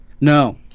No